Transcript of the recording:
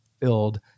filled